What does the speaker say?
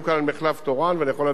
ואני יכול להביא הרבה דוגמאות אחרות,